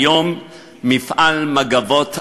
היום מפעל "מגבות ערד"